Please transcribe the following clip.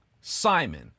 Simon